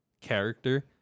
character